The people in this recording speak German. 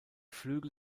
flügel